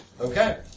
Okay